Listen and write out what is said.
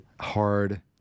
hard-